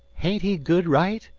hain't he good right?